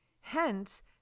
hence